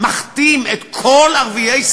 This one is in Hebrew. זה חוק קפיטליסטי שמחמיר את הקפיטליזם החזירי.